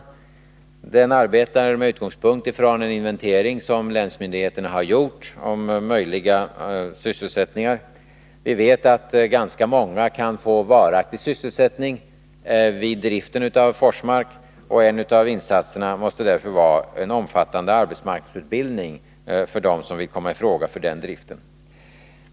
Arbetsgruppen arbetar med utgångspunkt i en inventering som länsmyndigheterna har gjort och som gäller möjligheterna till sysselsättning. Vi vet att ganska många kan få varaktig sysselsättning i samband med driften av Forsmark. En av insatserna måste därför vara en omfattande arbetsmarknadsutbildning för dem som vill komma i fråga för den driften.